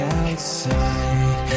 outside